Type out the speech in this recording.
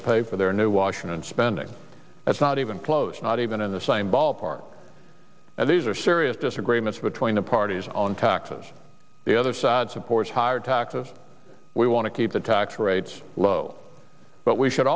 to pay for their new washington spending that's not even close not even in the same ballpark and these are serious disagreements between the parties on taxes the other side supports higher taxes we want to keep the tax rates low but we should